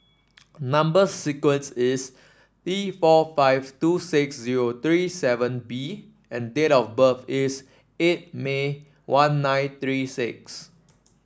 number sequence is T four five two six zero three seven B and date of birth is eight May one nine three six